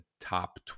top